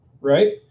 right